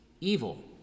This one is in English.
evil